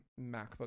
MacBook